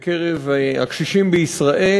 בקרב הקשישים בישראל,